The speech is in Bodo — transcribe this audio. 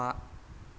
बा